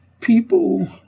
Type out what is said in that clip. people